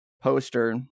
poster